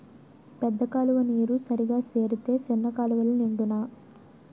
పెద్ద కాలువ నీరు సరిగా సేరితే సిన్న కాలువలు నిండునా